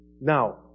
Now